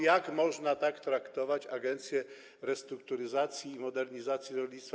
Jak można tak traktować Agencję Restrukturyzacji i Modernizacji Rolnictwa?